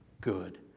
good